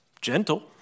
gentle